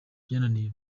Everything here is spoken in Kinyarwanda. byananiye